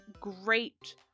great